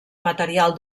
material